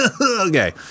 Okay